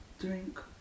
drink